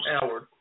howard